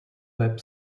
web